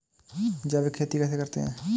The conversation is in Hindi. जैविक खेती कैसे करते हैं?